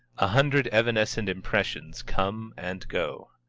a hundred evanescent impressions come and go.